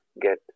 get